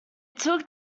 took